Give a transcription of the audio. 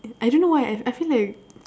I don't know why I I feel like